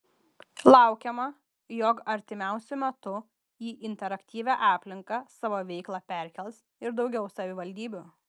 laukiama jog artimiausiu metu į interaktyvią aplinką savo veiklą perkels ir daugiau savivaldybių